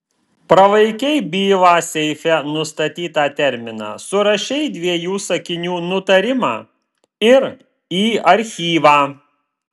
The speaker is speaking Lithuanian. pralaikei bylą seife nustatytą terminą surašei dviejų sakinių nutarimą ir į archyvą